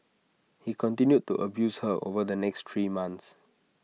he continued to abuse her over the next three months